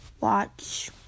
watch